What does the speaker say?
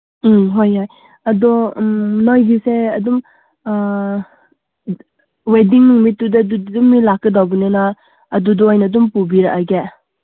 ꯎꯝ ꯍꯣꯏ ꯌꯥꯏ ꯑꯗꯣ ꯅꯣꯏꯒꯤꯁꯦ ꯑꯗꯨꯝ ꯋꯦꯗꯤꯡ ꯅꯨꯃꯤꯠꯇꯨꯗ ꯑꯗꯨꯗꯤ ꯑꯗꯨꯝ ꯂꯥꯛꯀꯗꯧꯕꯅꯤꯅ ꯑꯗꯨꯗ ꯑꯣꯏꯅ ꯑꯗꯨꯝ ꯄꯨꯕꯤꯔꯛꯑꯒꯦ